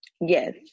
Yes